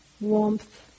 warmth